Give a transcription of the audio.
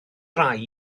rai